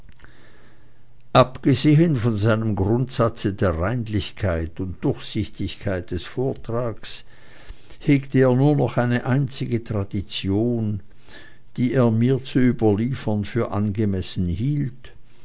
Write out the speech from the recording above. abgesehen von seinem grundsatze der reinlichkeit und durchsichtigkeit des vortrages hegte er nur noch eine einzige tradition die er mir zu überliefern für angemessen hielt